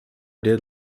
did